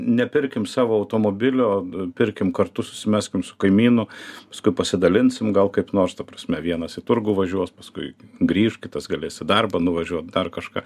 nepirkim savo automobilio pirkim kartu susimeskim su kaimynu paskui pasidalinsim gal kaip nors ta prasme vienas į turgų važiuos paskui grįš kitas galės į darbą nuvažiuot dar kažką